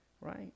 Right